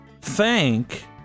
thank